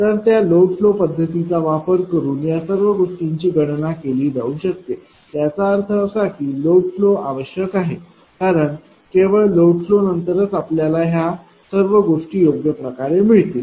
तर त्या load flow पद्धतीचा वापर करून या सर्व गोष्टींची गणना केली जाऊ शकते याचा अर्थ असा की लोड फ्लो आवश्यक आहे कारण केवळ लोड फ्लो नंतरच आपल्याला या सर्व गोष्टी योग्य प्रकारे मिळतील